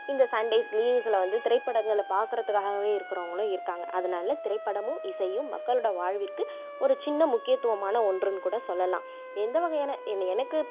இந்த சண்டேஸ் லீவ்ஸ்ல வந்து திரைப்படங்களை பாக்கிறதுக்காகவே இருக்கிறவங்களும் இருக்காங்க அதனால் திரைப்படமும் இசையும் மக்களோட வாழ்விற்கு ஒரு சின்ன முக்கியத்துவமான ஒன்றுன்னு கூட சொல்லலாம் எந்த வகையான எனக்கு